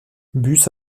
bus